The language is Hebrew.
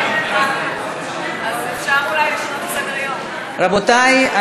עולה, רבותי.